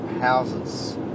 houses